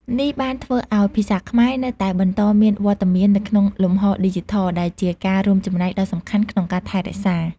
នេះបានធ្វើឱ្យភាសាខ្មែរនៅតែបន្តមានវត្តមាននៅក្នុងលំហឌីជីថល ដែលជាការរួមចំណែកដ៏សំខាន់ក្នុងការថែរក្សា។